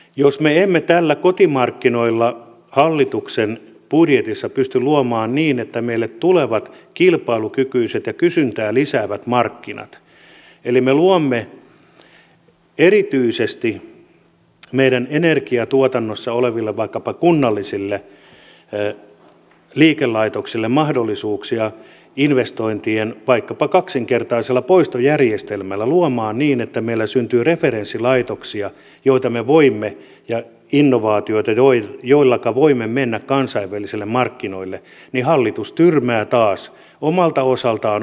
jos me emme näillä kotimarkkinoilla hallituksen budjetissa pysty luomaan niin että meille tulee kilpailukykyiset ja kysyntää lisäävät markkinat eli me luomme erityisesti meidän energiatuotannossa oleville vaikkapa kunnallisille liikelaitoksille mahdollisuuksia investointeihin vaikkapa kaksinkertaisella poistojärjestelmällä niin että meillä syntyy referenssilaitoksia ja innovaatioita joilla me voimme mennä kansainvälisille markkinoille niin hallitus tyrmää taas omalta osaltaan omat tavoitteensa